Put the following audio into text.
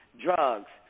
drugs